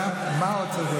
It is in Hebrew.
מה עוד אני צריך לעשות?